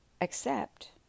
accept